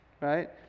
right